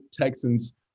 Texans